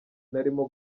narimo